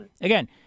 again